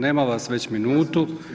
Nema vas već minutu.